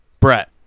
Brett